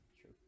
True